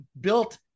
built